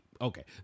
Okay